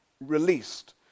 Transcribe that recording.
released